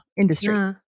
industry